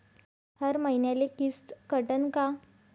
हर मईन्याले किस्त कटन का?